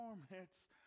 performance